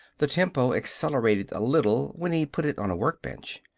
the tempo accelerated a little when he put it on a work-bench.